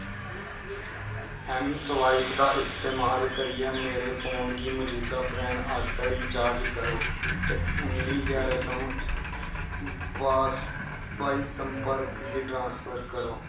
M swipe दा इस्तमाल करियै मेरे फोन गी मजूदा प्लान आस्तै रिचार्ज करो ते उन्नी गै रकम बा भाई संपर्क गी ट्रांसफर करो